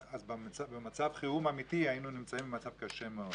אז במצב חירום אמיתי היינו נמצאים במצב קשה מאוד.